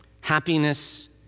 Happiness